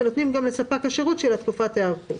אם צריך.